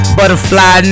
Butterfly